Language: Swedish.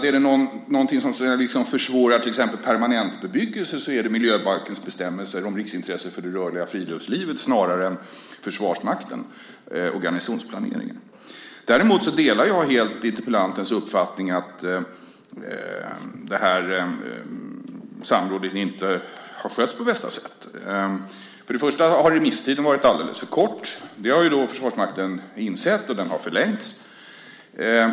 Är det någonting som försvårar till exempel permanentbebyggelse är det miljöbalkens bestämmelser om riksintresse för det rörliga friluftslivet snarare än riksintresse för Försvarsmakten och garnisonsplaneringen. Däremot delar jag helt interpellantens uppfattning att det här samrådet inte har skötts på bästa sätt. För det första har remisstiden varit alldeles för kort. Det har Försvarsmakten insett, och den har förlängts.